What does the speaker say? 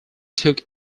took